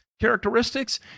characteristics